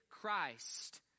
Christ